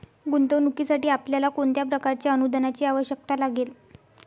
गुंतवणुकीसाठी आपल्याला कोणत्या प्रकारच्या अनुदानाची आवश्यकता लागेल?